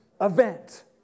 event